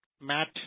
Matt